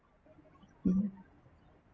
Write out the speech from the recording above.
mm